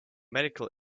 medical